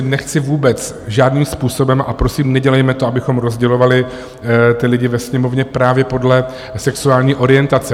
Nechci vůbec žádným způsobem a prosím, nedělejme to, abychom rozdělovali ty lidi ve Sněmovně právě podle sexuální orientace.